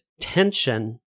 tension